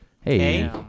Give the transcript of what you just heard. Hey